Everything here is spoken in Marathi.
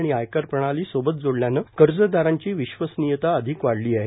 आणि आयकर प्रणाली सोबत जोडल्यानं कर्जदारांची विश्वसनियता अधिक वाढली आहे